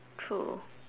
true